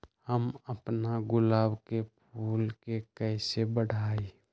हम अपना गुलाब के फूल के कईसे बढ़ाई?